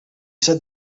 said